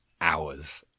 hours